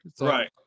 Right